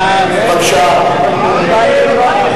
ההסתייגויות של קבוצת סיעת בל"ד,